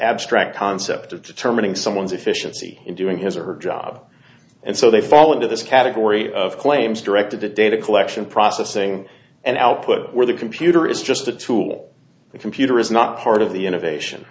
abstract concept of determining someone's efficiency in doing his or her job and so they fall into this category of claims directed to data collection processing and output where the computer is just a tool the computer is not part of the innovation